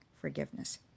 forgiveness